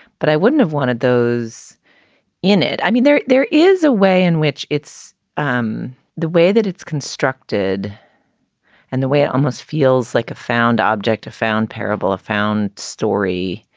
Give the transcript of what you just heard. but i wouldn't have wanted those in it. i mean, there there is a way in which it's um the way that it's constructed and the way it almost feels like a found object, found parable, a found story.